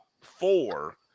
four